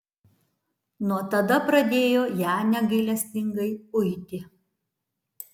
nuo tada pradėjo ją negailestingai uiti